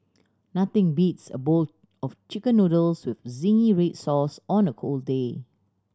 nothing beats a bowl of Chicken Noodles with zingy red sauce on a cold day